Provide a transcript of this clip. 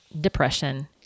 depression